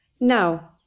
Now